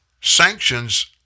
sanctions